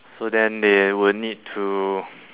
so then they would need to